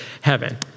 heaven